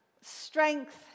strength